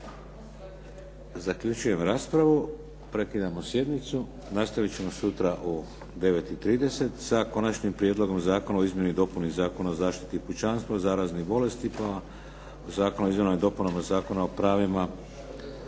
Zaključujem raspravu. Prekidamo sjednicu. Nastavit ćemo sutra u 9,30 sa Konačnim prijedlogom zakona o izmjeni i dopuni Zakona o zaštiti pučanstva od zaraznih bolesti, pa Zakon o izmjenama i dopunama Zakona o pravima